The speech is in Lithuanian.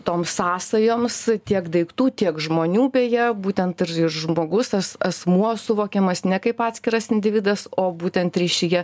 toms sąsajoms tiek daiktų tiek žmonių beje būtent ir žmogus as asmuo suvokiamas ne kaip atskiras individas o būtent ryšyje